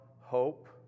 hope